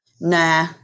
Nah